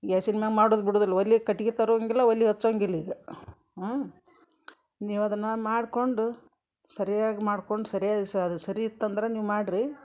ಗ್ಯಾಸಿನ ಮ್ಯಾಲ್ ಮಾಡೋದು ಬಿಡುದಿಲ್ಲ ಒಲೆ ಕಟ್ಗೆ ತರೊಂಗಿಲ್ಲ ಒಲೆ ಹಚ್ಚೊಂಗಿಲ್ಲ ಈಗ ನೀವು ಅದನ್ನು ಮಾಡಿಕೊಂಡು ಸರಿಯಾಗಿ ಮಾಡ್ಕೊಂಡು ಸರಿಯಾದ ಸ ಅದು ಸರಿ ಇತ್ತಂದ್ರೆ ನೀವು ಮಾಡಿರಿ